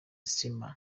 steamers